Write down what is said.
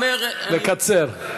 אני אומר אבל באמת,